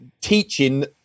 teaching